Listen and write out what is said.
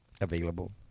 available